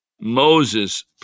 Moses